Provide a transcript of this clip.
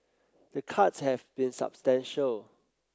the cuts have been substantial